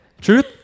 truth